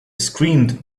screamed